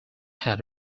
had